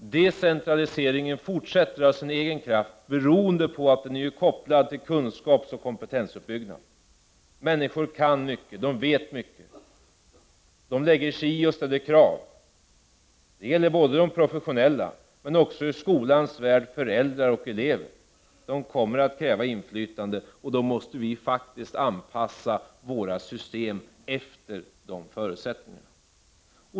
Decentraliseringen fortsätter av sin egen kraft, beroende på att den är kopplad till kunskapsoch kompetensuppbyggnad. Människor kan och vet mycket. De lägger sig i och ställer krav. Det gäller både de professionella och föräldrar och elever i skolans värld. De kommer att kräva inflytande, och vi måste anpassa våra system efter de förutsättningarna.